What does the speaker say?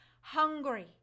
hungry